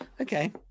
Okay